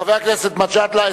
חבר הכנסת מג'אדלה,